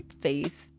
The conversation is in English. Face